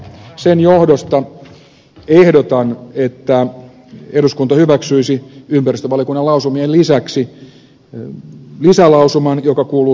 sen johdosta ehdotan että eduskunta hyväksyisi ympäristövaliokunnan lausumien lisäksi lisälausuman joka kuuluu seuraavasti